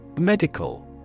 Medical